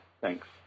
Thanks